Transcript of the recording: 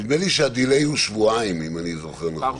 נדמה לי שה-delay הוא שבועיים, אם אני זוכר נכון.